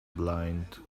blind